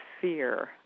fear